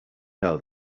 know